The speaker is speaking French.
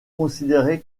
considéré